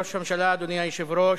ראש הממשלה, אדוני היושב-ראש,